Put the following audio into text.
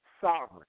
sovereign